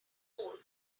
cold